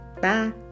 Bye